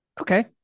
Okay